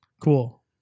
cool